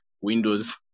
Windows